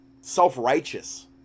self-righteous